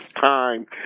time